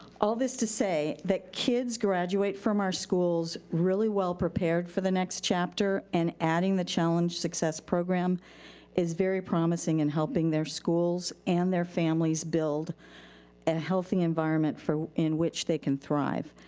all this to say that kids graduate from our schools really well prepared for the next chapter, and adding the challenge success program is very promising in helping their schools and their families build a healthy environment in which they can thrive.